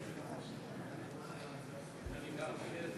מצביע מרב מיכאלי,